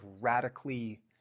radically